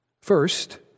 First